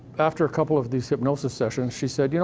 after a couple of these hypnosis sessions, she said, you know,